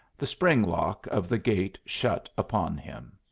the spring-lock of the gate shut upon him.